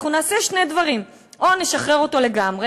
אנחנו נעשה שני דברים: או נשחרר אותו לגמרי,